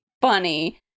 funny